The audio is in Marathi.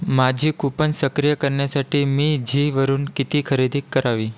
माझी कूपन सक्रिय करण्यासाठी मी झीवरून किती खरेदी करावी